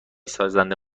سازنده